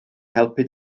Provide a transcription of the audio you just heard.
helpu